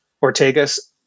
Ortega's